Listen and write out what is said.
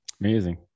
Amazing